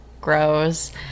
gross